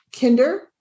kinder